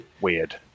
weird